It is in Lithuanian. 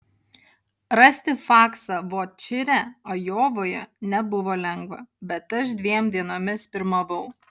rasti faksą vot čire ajovoje nebuvo lengva bet aš dviem dienomis pirmavau